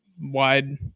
wide